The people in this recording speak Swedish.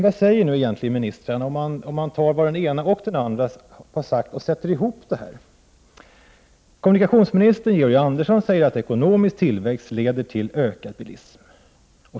Vad säger nu egentligen ministrarna, om man tar vad den ena och den andra har sagt och sätter ihop det? Kommunikationsminister Georg Andersson säger att ekonomisk tillväxt leder till ökad bilism.